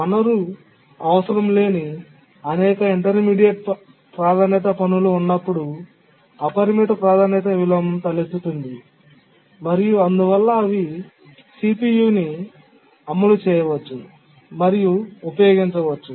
వనరు అవసరం లేని అనేక ఇంటర్మీడియట్ ప్రాధాన్యత పనులు ఉన్నప్పుడు అపరిమిత ప్రాధాన్యత విలోమం తలెత్తుతుంది మరియు అందువల్ల అవి CPU ని అమలు చేయవచ్చు మరియు ఉపయోగించవచ్చు